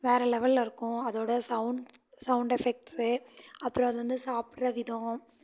வேறு லெவல்ல இருக்கும் அதோடய சௌண்ட் சௌண்ட் எஃபெக்ட்ஸ்ஸு அப்புறோம் அது வந்து சாப்புடுற விதம்